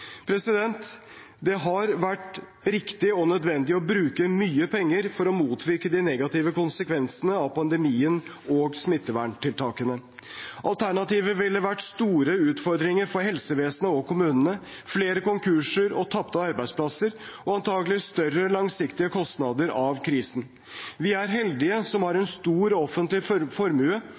Det har vært riktig og nødvendig å bruke mye penger for å motvirke de negative konsekvensene av pandemien og smitteverntiltakene. Alternativet ville vært store utfordringer for helsevesenet og kommunene, flere konkurser og tapte arbeidsplasser og antagelig større langsiktige kostnader av krisen. Vi er heldige som har en stor offentlig formue